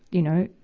you know,